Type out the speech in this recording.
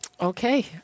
Okay